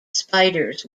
spiders